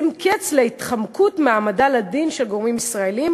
קץ להתחמקות מהעמדה לדין של גורמים ישראליים